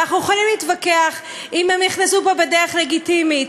ואנחנו יכולים להתווכח אם הם נכנסו בדרך לגיטימית,